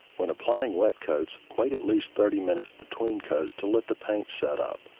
when applying wet coats, wait at least thirty minutes between coats to let the paint set up.